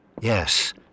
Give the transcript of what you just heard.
Yes